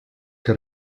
que